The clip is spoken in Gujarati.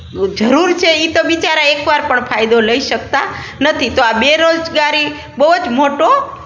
જરૂર છે એ તો બિચારા એક વાર પણ ફાયદો લઈ શકતા નથી તો આ બેરોજગારી બહુ જ મોટો